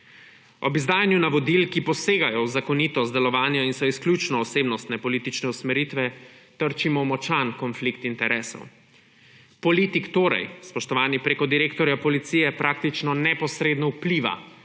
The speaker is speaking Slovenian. Ob izdajanju navodil, ki posegajo v zakonitost delovanja in so izključno osebnostne politične usmeritve, trčimo v močan konflikt interesov. Politik torej, spoštovani, preko direktorja Policije neposredno vpliva